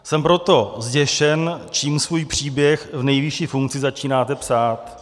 Jsem proto zděšen, čím svůj příběh v nejvyšší funkci začínáte psát.